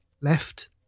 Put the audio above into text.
left